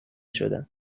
شدم